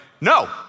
No